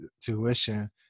tuition